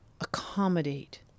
accommodate